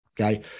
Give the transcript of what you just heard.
Okay